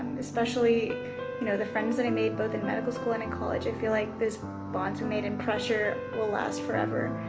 especially you know the friends that i made both in medical school and in college. i feel like those bonds we made in pressure will last forever.